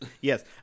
Yes